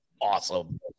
awesome